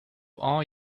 are